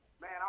man